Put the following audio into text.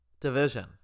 division